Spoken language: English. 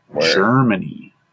Germany